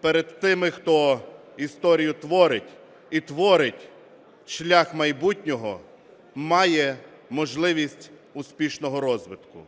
перед тими, хто історію творить і творить шлях майбутнього, має можливість успішного розвитку.